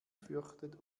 fürchtet